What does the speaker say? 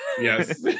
Yes